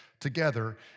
together